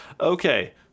Okay